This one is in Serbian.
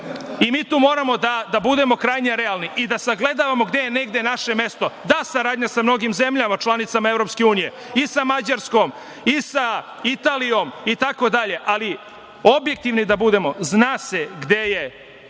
i mi tu moramo da budemo krajnje realni i da sagledamo gde je negde naše mesto. Da, saradnja sa mnogim zemljama članicama EU, i sa Mađarskom i sa Italijom itd, ali objektivni da budemo – zna se gde je